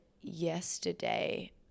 yesterday